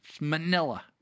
Manila